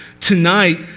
Tonight